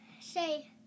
say